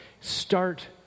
Start